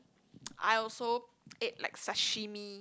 I also ate like sashimi